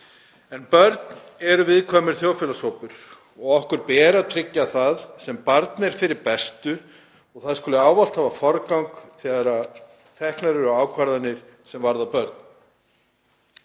Börn eru viðkvæmur þjóðfélagshópur og okkur ber að tryggja það sem barni er fyrir bestu og að það skuli ávallt hafa forgang þegar teknar eru ákvarðanir sem varða börn.